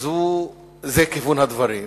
זה כיוון הדברים,